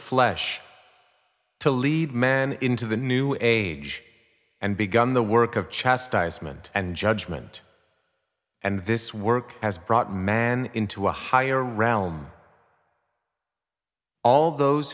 flesh to lead man into the new age and begun the work of chastisement and judgment and this work has brought man into a higher realms all those